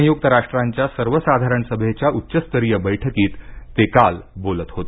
संयुक्त राष्ट्रांच्या सर्वसाधारण सभेच्या उच्चस्तरीय बैठकीत ते काल बोलत होते